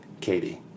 Katie